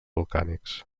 volcànics